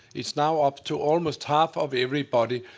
it's now up to almost half of everybody.